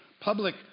public